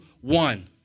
one